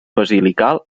basilical